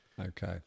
Okay